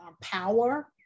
power